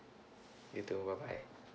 you too bye bye